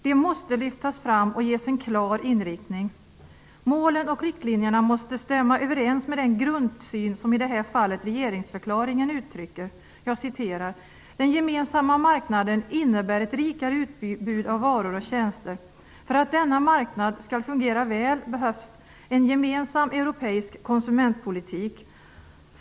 De måste lyftas fram och ges en klar inriktning. Målen och riktlinjerna måste stämma överens med den grundsyn som i det här fallet regeringsförklaringen uttrycker. Jag citerar: "Den gemensamma marknaden innebär ett rikare utbud av varor och tjänster. För att denna marknad skall fungera väl behövs en gemensam europeisk konsumentpolitik.